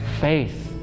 faith